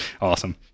Awesome